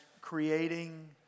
creating